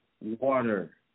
Water